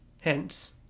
Hence